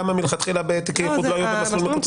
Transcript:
למה מלכתחילה תיקי איחוד לא היו במסלול מקוצר?